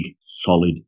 solid